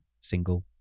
single